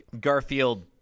Garfield